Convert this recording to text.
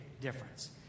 difference